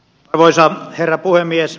arvoisa herra puhemies